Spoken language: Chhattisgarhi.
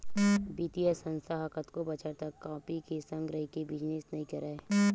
बित्तीय संस्था ह कतको बछर तक कंपी के संग रहिके बिजनेस नइ करय